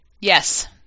Yes